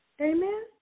Amen